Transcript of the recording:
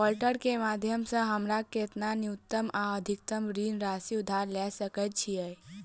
Portal केँ माध्यम सऽ हमरा केतना न्यूनतम आ अधिकतम ऋण राशि उधार ले सकै छीयै?